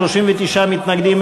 39 נגד,